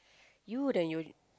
you wouldn't you